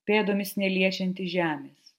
pėdomis neliečianti žemės